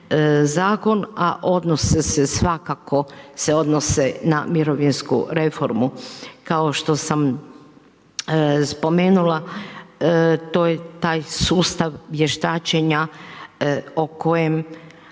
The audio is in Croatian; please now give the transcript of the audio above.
a odnose se svakako se odnose na mirovinsku reformu. Kao što sam spomenula, to je taj sustav vještačenja o kojem,